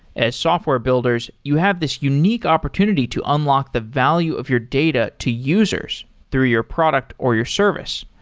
as software builders, you have this unique opportunity to unlock the value of your data to users through your product or your service.